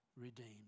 redeemed